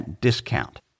discount